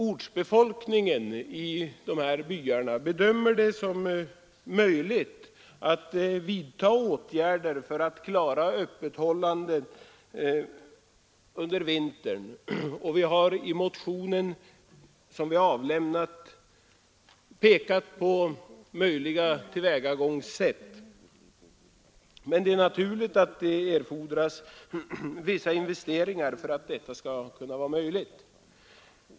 Ortsbefolkningen i dessa byar bedömer det som möjligt att vidta åtgärder för att klara öppethållandet under vintern, och vi har i vår motion pekat på möjliga tillvägagångssätt, men det är naturligt att det fordras vissa investeringar för att detta skall kunna vara möjligt.